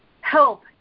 help